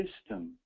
system